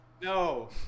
No